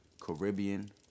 Caribbean